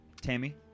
Tammy